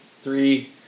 three